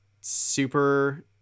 super